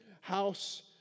house